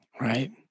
Right